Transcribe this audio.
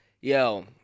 yo